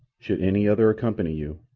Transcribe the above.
should any other accompany you,